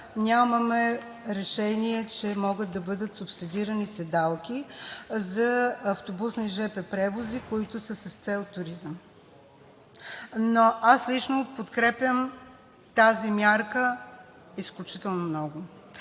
нямаме решение, че могат да бъдат субсидирани седалки за автобусни и жп превози, които са с цел туризъм. Но аз лично подкрепям тази мярка изключително много.